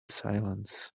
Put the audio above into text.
silence